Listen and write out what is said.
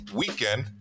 weekend